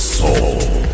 soul